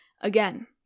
Again